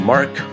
Mark